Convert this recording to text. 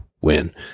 win